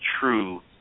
true